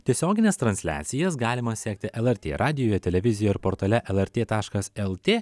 tiesiogines transliacijas galima sekti lrt radijuje televizijoj ar portale lrt taškas lt